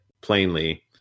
plainly